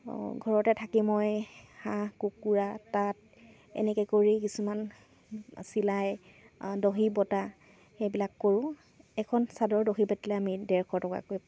ঘৰতে থাকি মই হাঁহ কুকুৰা তাঁত এনেকৈ কৰি কিছুমান চিলাই দহি বতা সেইবিলাক কৰোঁ এখন চাদৰ দহি পাতিলে আমি ডেৰশ টকাকৈ পাওঁ